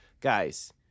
Guys